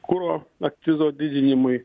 kuro akcizo didinimui